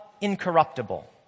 incorruptible